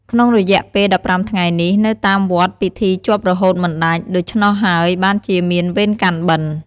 ក្នុងរយៈពេល១៥ថ្ងៃនេះ នៅតាមវត្តពិធីជាប់រហូតមិនដាច់ ដូច្នោះហើយបានជាមានវេនកាន់បិណ្ឌ។